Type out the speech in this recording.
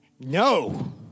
No